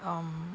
um